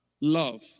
Love